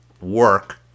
work